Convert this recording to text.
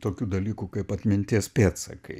tokių dalykų kaip atminties pėdsakai